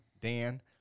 Dan